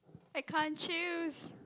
I can't choose